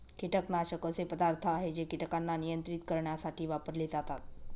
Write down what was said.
कीटकनाशक असे पदार्थ आहे जे कीटकांना नियंत्रित करण्यासाठी वापरले जातात